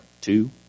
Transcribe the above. two